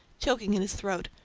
choking in his throat,